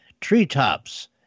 treetops